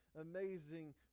amazing